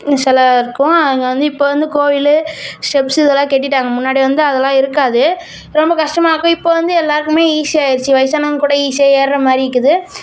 சிலை இருக்கும் அங்கே வந்து இப்போ வந்து கோயில் ஸ்டெப்ஸ்சு இதெல்லாம் கட்டிட்டாங்கள் முன்னாடி வந்து அதெல்லாம் இருக்காது ரொம்ப கஷ்டமாக இருக்கும் இப்போ வந்து எல்லாருக்குமே ஈசியாக ஆயிடுச்சு வயசானவங்க கூட ஈசியாக ஏறுகிற மாதிரி இருக்குது